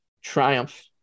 Triumph